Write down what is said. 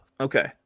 Okay